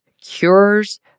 cures